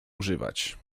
używać